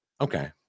Okay